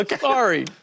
Sorry